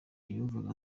yumvaga